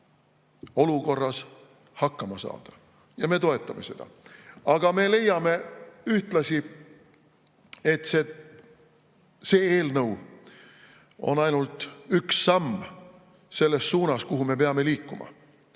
olukorras hakkama saada. Ja me toetame seda. Aga me ühtlasi leiame, et see eelnõu on ainult üks samm selles suunas, kuhu me peame liikuma.